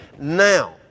now